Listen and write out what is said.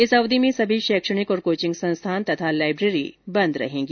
इस अवधि में सभी शैक्षणिक व कोचिंग संस्थान तथा लाइब्रेरी बंद रहेंगी